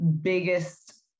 biggest